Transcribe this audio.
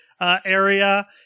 area